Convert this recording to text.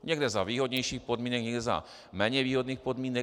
Někde za výhodnějších podmínek, někde za méně výhodných podmínek.